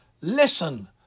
Listen